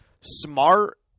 smart